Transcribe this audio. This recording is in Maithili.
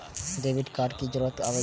डेबिट कार्ड के की जरूर आवे छै?